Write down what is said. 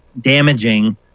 damaging